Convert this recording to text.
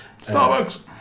Starbucks